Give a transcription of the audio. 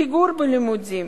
פיגור בלימודים,